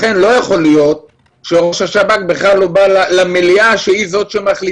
לא יכול להיות שראש השב"כ בכלל לא בא למליאת הוועדה.